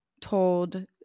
told